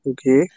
Okay